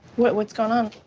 what, what's going on?